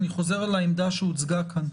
אני חוזר על העמדה שהוצגה כאן.